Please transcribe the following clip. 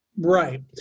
Right